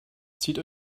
zieht